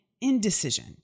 indecision